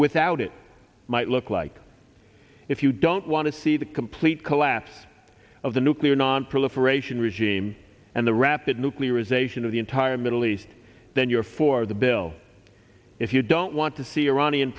without it might look like if you don't want to see the complete collapse of the nuclear nonproliferation regime and the rapid nuclearization of the entire middle east then you're for the bill if you don't want to see